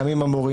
גם עם המורים,